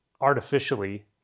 artificially